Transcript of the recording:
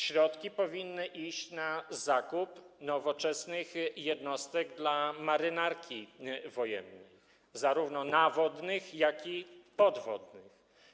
Środki powinny iść na zakup nowoczesnych jednostek dla Marynarki Wojennej, zarówno nawodnych, jak i podwodnych.